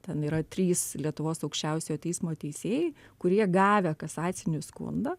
ten yra trys lietuvos aukščiausiojo teismo teisėjai kurie gavę kasacinį skundą